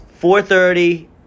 4.30